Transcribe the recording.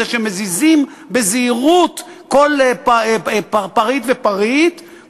זה שמזיזים בזהירות כל פריט ופריט,